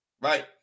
right